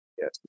Yes